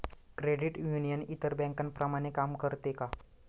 Credit union इतर बँकांप्रमाणे काम करते का?